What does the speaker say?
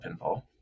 pinball